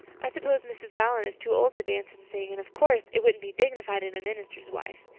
i suppose mrs. allan is too old to dance and sing and of course it wouldn't be dignified in a minister's wife.